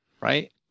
right